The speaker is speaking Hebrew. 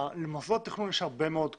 למוסדות התכנון יש הרבה מאוד כוח,